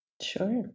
Sure